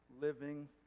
living